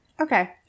Okay